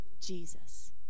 Jesus